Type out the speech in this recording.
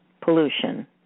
pollution